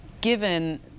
given